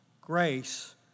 Grace